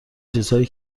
چیزهایی